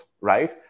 right